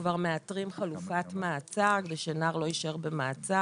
כבר מאתרים חלופת מעצר כדי שנער לא יישאר במעצר.